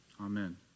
Amen